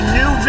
new